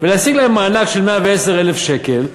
ולהשיג להם מענק של 110,000 שקל,